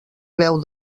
beu